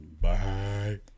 bye